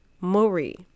Marie